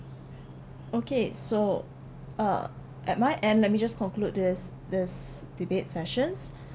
okay so uh at my end let me just conclude this this debate sessions